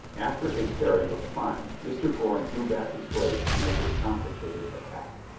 after a parry of prime mr. bourne drew back his blade to make a complicated attack.